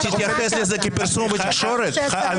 אז לא,